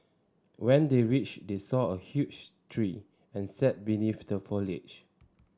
when they reached they saw a huge tree and sat beneath the foliage